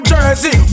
Jersey